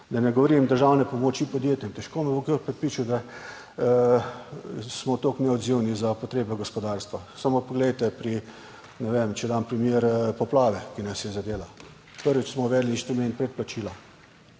Da ne govorim državne pomoči podjetjem. Težko me bo kdo prepričal, da smo tako neodzivni za potrebe gospodarstva. Samo poglejte pri, ne vem, če dam primer poplave, ki nas je zadela. Prvič smo uvedli inštrument, predplačila.